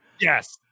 yes